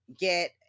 get